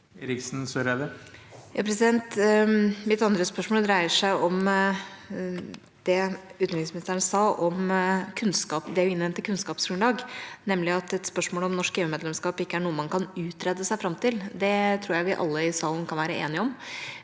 Eriksen Søreide (H) Mitt andre spørsmål dreier seg om det utenriksministeren sa om det å innhente kunnskapsgrunnlag, nemlig at et spørsmål om norsk EU-medlemskap ikke er noe man kan utrede seg fram til. Det tror jeg vi alle i salen kan være enige om,